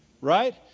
Right